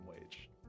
wage